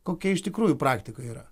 kokia iš tikrųjų praktika yra